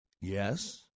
Yes